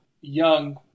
young